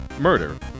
murder